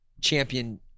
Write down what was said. champion